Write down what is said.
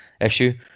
issue